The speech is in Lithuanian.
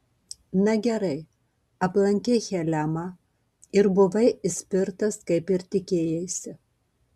na gerai aplankei helemą ir buvai išspirtas kaip ir tikėjaisi